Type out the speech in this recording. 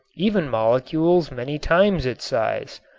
even molecules many times its size.